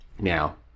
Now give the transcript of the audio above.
Now